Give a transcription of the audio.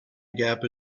gap